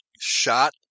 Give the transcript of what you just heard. shot